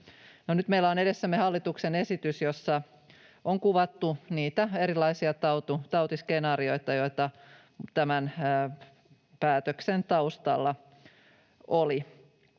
nyt meillä on edessämme hallituksen esitys, jossa on kuvattu niitä erilaisia tautiskenaarioita, joita tämän päätöksen taustalla oli.